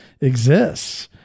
exists